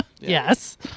Yes